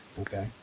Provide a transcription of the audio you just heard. Okay